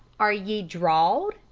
are ye drawed?